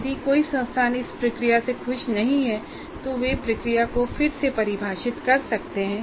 यदि कोई संस्थान इस प्रक्रिया से खुश नहीं है तो वे प्रक्रिया को फिर से परिभाषित कर सकते हैं